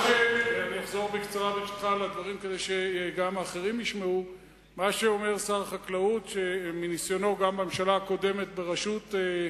מה זה עוזר ששר החקלאות תומך עכשיו בי?